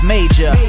Major